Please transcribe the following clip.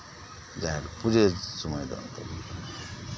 ᱯᱩᱡᱟᱹ ᱥᱚᱢᱚᱭ ᱫᱚ